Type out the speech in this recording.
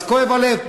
אז כואב הלב.